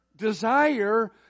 desire